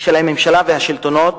של הממשלה והשלטונות